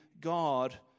God